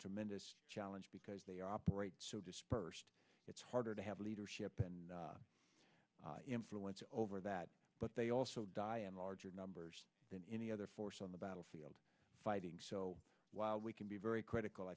tremendous challenge because they operate so dispersed it's harder to have leadership and influence over that but they also die in larger numbers than any other force on the battlefield fighting so while we can be very critical i